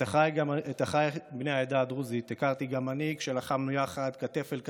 את אחיי בני העדה הדרוזית הכרתי גם אני כשלחמנו יחד כתף אל כתף,